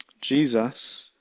Jesus